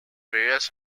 various